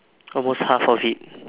almost half of it